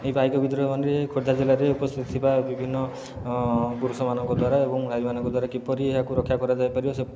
ଏଇ ପାଇକ ବିଦ୍ରୋହ ଖୋର୍ଦ୍ଧା ଜିଲ୍ଲାରେ ଉପସ୍ଥିତ ଥିବା ବିଭିନ୍ନ ପୁରୁଷମାନଙ୍କ ଦ୍ଵାରା ଏବଂ ଭାଇମାନଙ୍କ ଦ୍ୱାରା କିପରି ଏହାକୁ ରକ୍ଷା କରାଯାଇପାରିବ ସେ